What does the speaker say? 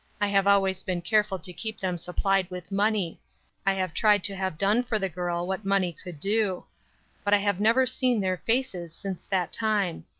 i have always been careful to keep them supplied with money i have tried to have done for the girl what money could do but i have never seen their faces since that time.